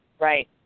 Right